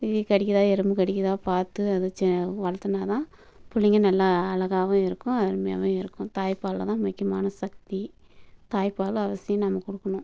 ஈ கடிக்குதா எறும்பு கடிக்குதா பார்த்து அது சி வளர்த்துனா தான் பிள்ளைங்க நல்லா அழகாவும் இருக்கும் அருமையாகவும் இருக்கும் தாய்ப்பால்ல தான் முக்கியமான சக்தி தாய்ப்பால் அவசியம் நம்ம கொடுக்கணும்